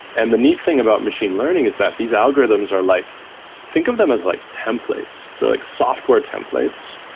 and the neat thing about machine learning is that these algorithms are like think of them as like templates. they're like software templates.